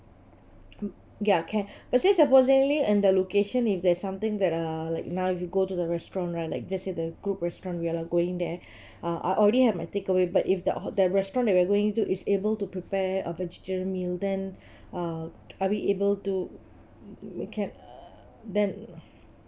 mm ya can let's say supposingly and the location if there's something that are like now you go to the restaurant right like let's say in the group restaurant we're going there uh I already have my takeaway but if the hotel restaurant that we're going to is able to prepare a vegetarian meal then uh are we able to we can then